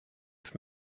from